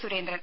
Surendran